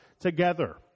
together